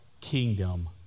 kingdom